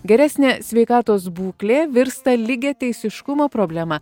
geresnė sveikatos būklė virsta lygiateisiškumo problema